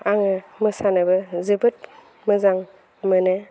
आङो मोसानोबो जोबोद मोजां मोनो